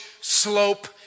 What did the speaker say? Slope